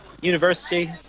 university